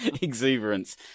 exuberance